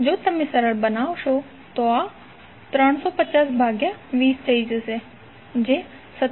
જો તમે સરળ બનાવશો તો આ 350 ભાગ્યા 20 થઈ જશે જે 17